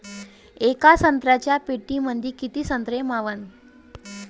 येका संत्र्याच्या पेटीमंदी किती संत्र मावन?